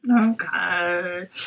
Okay